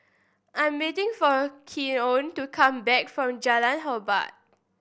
I'm waiting for Keon to come back from Jalan Hormat